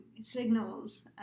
signals